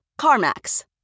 CarMax